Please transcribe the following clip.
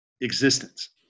existence